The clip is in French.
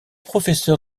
professeur